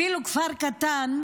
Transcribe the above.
אפילו כפר קטן,